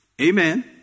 Amen